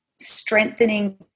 strengthening